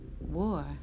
War